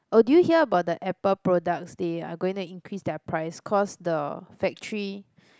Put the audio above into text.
oh did you hear about the Apple products they are going to increase their price cause the factory